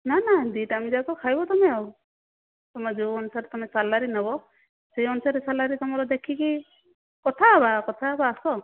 ନା ନା ଦୁଇ ଟାଇମ ଯାକ ଖାଇବ ତୁମେ ଆଉ ତୁମେ ଯେଉଁ ଅନୁସାରେ ତୁମେ ସାଲାରୀ ନେବ ସେ ଅନୁସାରେ ସାଲାରୀ ତୁମର ଦେଖିକି କଥା ହେବା କଥା ହେବା ଆସ